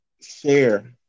share